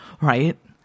right